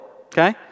okay